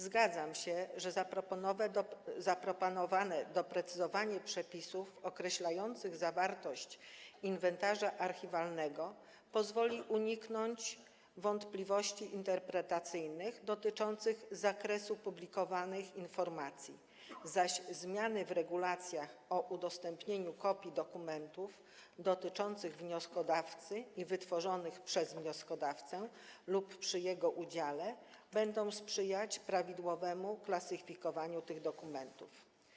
Zgadzam się, że zaproponowane doprecyzowanie przepisów określających zawartość inwentarza archiwalnego pozwoli uniknąć wątpliwości interpretacyjnych dotyczących zakresu publikowanych informacji, zaś zmiany w regulacjach o udostępnianiu kopii dokumentów dotyczących wnioskodawcy i wytworzonych przez wnioskodawcę lub przy jego udziale będą sprzyjać prawidłowemu klasyfikowaniu tych dokumentów.